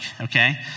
okay